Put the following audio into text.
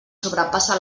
sobrepassa